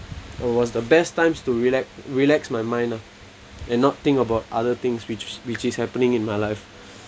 was the best time to rela~ relax my mind lah and not think about other things which which is happening in my life